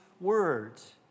words